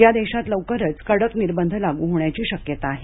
या देशात लवकरच कडक निर्बंध लागू होण्याची शक्यता आहे